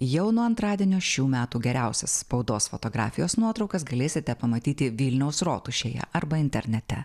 jau nuo antradienio šių metų geriausias spaudos fotografijos nuotraukas galėsite pamatyti vilniaus rotušėje arba internete